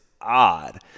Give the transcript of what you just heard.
odd